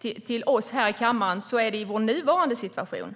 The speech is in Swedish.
till oss här i kammaren gällde det vår nuvarande situation.